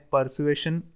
Persuasion